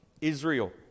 Israel